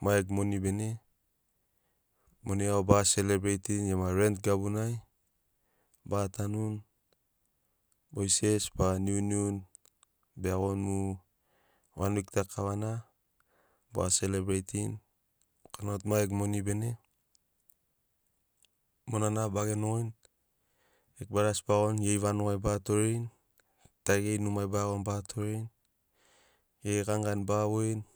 ma gegu moni bene monai vau baga selebreitini gema rent gabunai baga tanuni bois gesi baga niuniuni beiagoni mu. Wan wik ta kavana baga selebreitini korana au tu ma gegu moni bene monana ba genogoini gegu bradas ba goririni geri vanugai ba torerini tari geri numai ba iagoni ba torerini geri ganigani ba voini